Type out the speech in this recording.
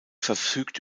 verfügt